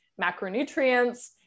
macronutrients